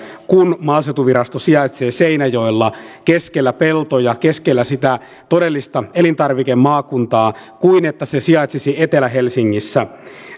kun maaseutuvirasto sijaitsee seinäjoella keskellä peltoja keskellä sitä todellista elintarvikemaakuntaa kuin että se sijaitsisi etelä helsingissä